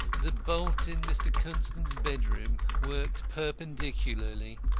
the bolt in mr. constant's bedroom worked perpendicularly.